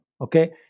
okay